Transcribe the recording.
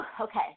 Okay